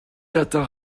atteint